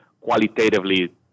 qualitatively